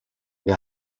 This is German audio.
wer